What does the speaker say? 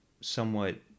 somewhat